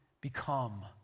become